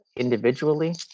individually